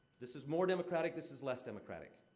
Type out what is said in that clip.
this is more democratic, this is less democratic.